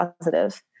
positive